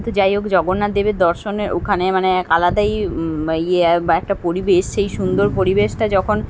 তো যাই হোক জগন্নাথ দেবের দর্শনের ওখানে মানে এক আলাদাই ইয়ে একটা পরিবেশ সেই সুন্দর পরিবেশটা যখন